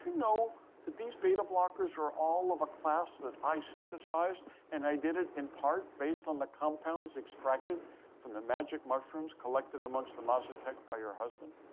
know that these beta blockers are all of a class that i synthesized and i did it in part based on the compounds extracted from the magic mushrooms collected amongst the mazatec by your husband?